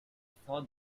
thought